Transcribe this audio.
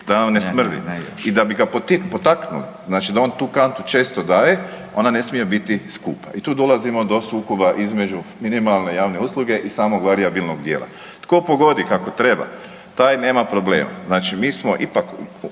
da nam ne smrdi. I da bi ga potaknuli, znači da on tu kantu često daje ona ne smije biti skupa i tu dolazimo do sukoba između minimalne javne usluge i samog varijabilnog dijela. Tko pogodi kako treba taj nema problema, znači mi smo ipak